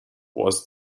was